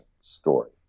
story